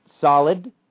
Solid